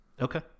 Okay